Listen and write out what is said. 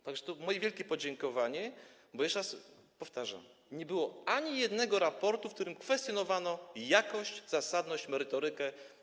Tutaj moje wielkie podziękowanie, bo - jeszcze raz powtarzam - nie było ani jednego raportu, w którym kwestionowano by jakość, zasadność, merytorykę.